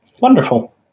Wonderful